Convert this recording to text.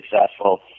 successful